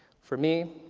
for me,